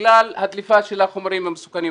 בגלל הדליפה של החומרים המסוכנים.